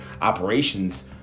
operations